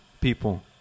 people